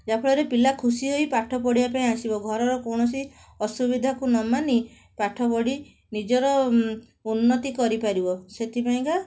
ଯାହାଫଳରେ ପିଲା ଖୁସି ହୋଇ ପାଠ ପଢ଼ିବାପାଇଁ ଆସିବ ଘରର କୌଣସି ଅସୁବିଧାକୁ ନ ମାନି ପାଠପଢ଼ି ନିଜର ଉନ୍ନତି କରିପାରିବ ସେଥିପାଇଁକା